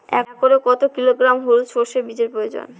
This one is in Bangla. একরে কত কিলোগ্রাম হলুদ সরষে বীজের প্রয়োজন?